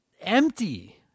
empty